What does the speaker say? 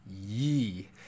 Yee